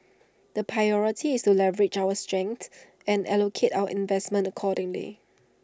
the priority is to leverage our strengths and allocate our investments accordingly